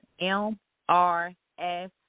M-R-S